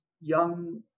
young